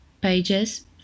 Pages